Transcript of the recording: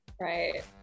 Right